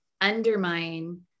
undermine